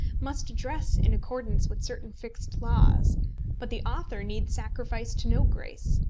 must dress in accordance with certain fixed laws but the author need sacrifice to no grace,